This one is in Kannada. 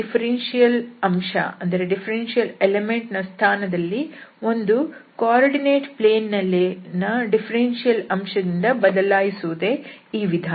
ಈ ಡಿಫರೆನ್ಷಿಯಲ್ ಅಂಶ ದ ಸ್ಥಾನದಲ್ಲಿ ಒಂದು ನಿರ್ದೇಶಾಂಕ ಸಮತಲ ದಲ್ಲಿನ ಡಿಫರೆನ್ಷಿಯಲ್ ಅಂಶದಿಂದ ಬದಲಾಯಿಸುವುದೇ ಈ ವಿಧಾನ